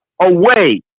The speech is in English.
away